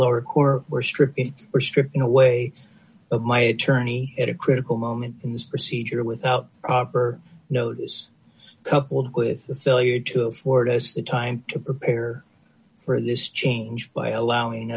lower court were stripped or stripping away of my attorney at a critical moment in this procedure without proper notice coupled with the failure to afford us the time to prepare for this change by allowing